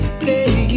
play